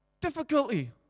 difficulty